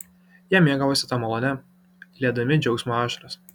jie mėgavosi ta malone liedami džiaugsmo ašaras